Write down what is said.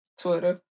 Twitter